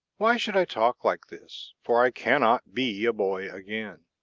why should i talk like this, for i cannot be a boy again?